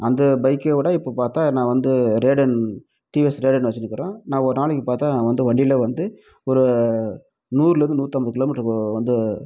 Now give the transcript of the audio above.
அந்த பைக்கை விட இப்போ பார்த்தா நான் வந்து ரேடான் டிவிஎஸ் ரேடான் வெச்சுருக்குறேன் நான் ஒரு நாளைக்கு பார்த்தா நான் வண்டியில் வந்து ஒரு நூறுலிருந்து நூற்றம்பது கிலோ மீட்டரு வந்து